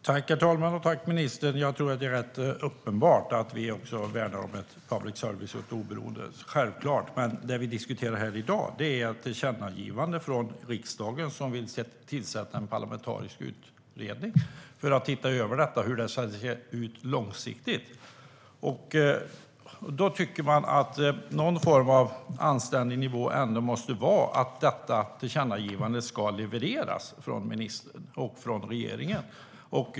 Herr talman! Tack, ministern! Jag tror att det är rätt uppenbart att vi också värnar om ett oberoende public service, men det vi diskuterar här i dag är ett tillkännagivande från riksdagen som vill tillsätta en parlamentarisk utredning för att se över hur det ska se ut långsiktigt. Då tycker man att någon form av anständig nivå ändå måste vara att detta tillkännagivande ska tillgodoses från ministern och från regeringen.